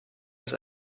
his